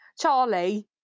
Charlie